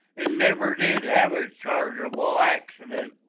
and never did have a chargeable accident.